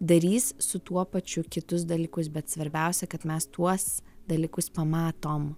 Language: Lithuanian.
darys su tuo pačiu ir kitus dalykus bet svarbiausia kad mes tuos dalykus pamatom